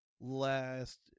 last